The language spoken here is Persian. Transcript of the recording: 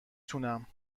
تونم